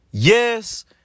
Yes